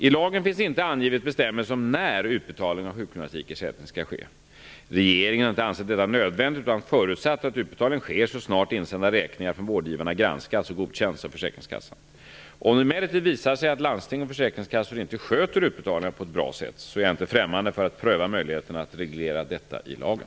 I lagen finns inte angivet bestämmelser om när utbetalning av sjukgymnastikersättning skall ske. Regeringen har inte ansett detta nödvändigt utan förutsatt att utbetalning sker så snart insända räkningar från vårdgivarna granskats och godkänts av försäkringskassan. Om det emellertid visar sig att landsting och försäkringskassor inte sköter utbetalningarna på ett bra sätt är jag inte främmande för att pröva möjligheterna att reglera detta i lagen.